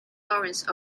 laurence